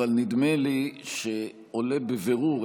אבל נדמה לי שעולה בבירור,